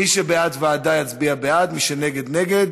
מי שבעד ועדה, יצביע בעד, מי שנגד, נגד.